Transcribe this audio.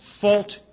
fault